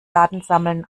datensammeln